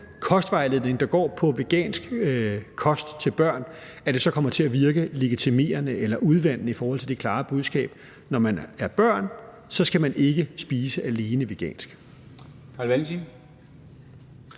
kostvejledning, der går på vegansk kost til børn, at det så kommer til at virke legitimerende – eller udvandende i forhold til det klare budskab, at når man er barn, skal man ikke spise alene vegansk.